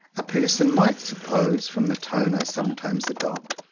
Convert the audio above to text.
a person might suppose, from the tone i sometimes adopt,